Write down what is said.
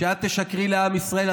כשאת תשקרי לעם ישראל,